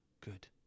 Good